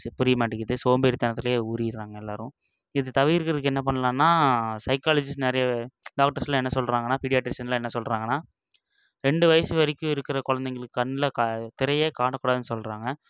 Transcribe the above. புரிய மாட்டேங்கிது சோம்பேறித்தனத்திலே ஊறிட்டுறாங்க எல்லோரும் இது தவிர்க்கிறக்கு என்ன பண்ணலான்னா சைக்காலஜிஸ்ட் நிறைய டாக்டர்ஸ்லாம் என்ன சொல்கிறாங்கன்னா பீரியாட்ரிஷனில் என்ன சொல்கிறாங்கன்னா ரெண்டு வயசு வரைக்கும் இருக்கிற குழந்தைங்களுக்கு கண்ணில் க திரையே காணக்கூடாதுனு சொல்கிறாங்க